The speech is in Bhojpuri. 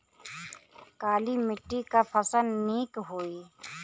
काली मिट्टी क फसल नीक होई?